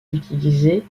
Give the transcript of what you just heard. utilisé